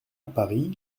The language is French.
paris